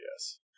yes